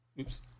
oops